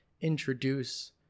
introduce